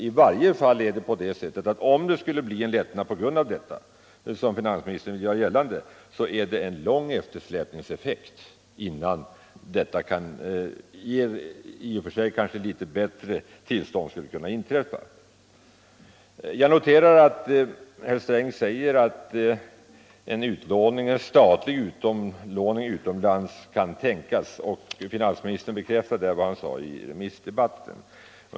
Om en lättnad på grund härav skulle inträffa, som finansministern vill göra gällande, har vi dock att räkna med en eftersläpningseffekt som gör att det dröjer en tid innan de får uppleva ett kanske något förbättrat tillstånd. Jag noterar att herr Sträng säger att en statlig upplåning utomlands kan tänkas. Finansministern bekräftar därvidlag vad han sade i remissdebatten.